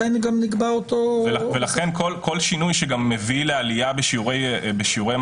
גם מבקשת לא להתרשם ולהתבשם ממגמת ההחמרה שיש עכשיו בשנה האחרונה